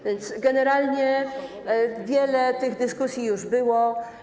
A więc generalnie wiele tych dyskusji już było.